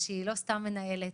שהיא לא סתם מנהלת.